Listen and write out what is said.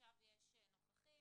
עכשיו יש נוכחים,